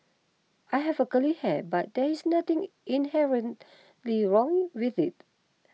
I have a curly hair but there is nothing inherently wrong with it